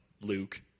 Luke